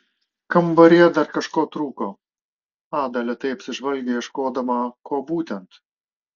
kambaryje dar kažko trūko ada lėtai apsižvalgė ieškodama ko būtent